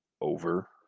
over